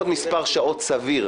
אנחנו סומכים עליכם.